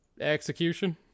Execution